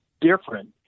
different